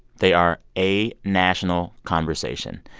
they are a national conversation.